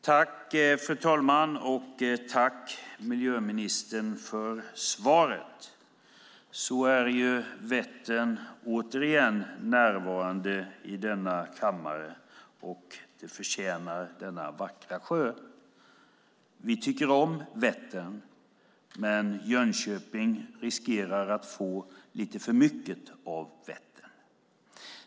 Fru talman! Tack, miljöministern, för svaret! Så är Vättern återigen närvarande i kammaren, och det förtjänar denna vackra sjö. Vi tycker om Vättern, men Jönköping riskerar att få lite för mycket av Vättern.